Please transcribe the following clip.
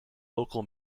local